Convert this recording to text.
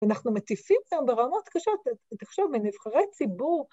‫ואנחנו מטיפים כאן ברמות קשות. ‫תחשוב, גם נבחרי הציבור.